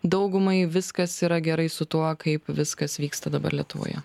daugumai viskas yra gerai su tuo kaip viskas vyksta dabar lietuvoje